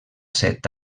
set